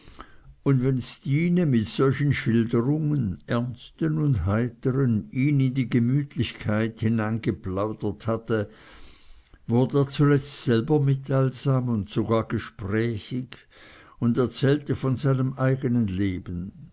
und wenn stine mit solchen schilderungen ernsten und heiteren ihn in die gemütlichkeit hineingeplaudert hatte wurd er zuletzt selber mitteilsam und sogar gesprächig und erzählte von seinem eigenen leben